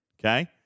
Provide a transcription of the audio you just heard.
okay